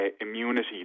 immunity